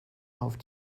auf